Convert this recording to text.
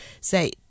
say